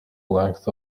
length